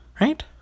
Right